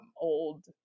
old